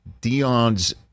Dion's